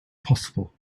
possible